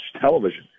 television